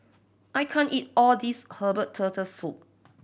I can't eat all this herbal Turtle Soup